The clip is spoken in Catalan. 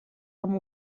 amb